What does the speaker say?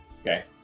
Okay